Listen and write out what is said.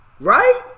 right